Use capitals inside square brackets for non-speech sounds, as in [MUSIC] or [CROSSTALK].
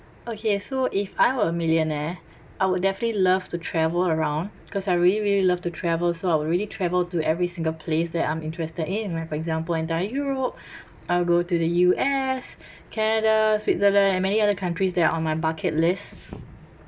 okay so if I were a millionaire I would definitely love to travel around cause I really really love to travel so I would really travel to every single place that I'm interested in like for example entire europe [BREATH] I'll go to the U_S [BREATH] canada switzerland and many other countries that are on my bucket list [BREATH]